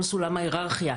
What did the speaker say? כל סולם ההיררכיה,